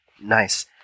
Nice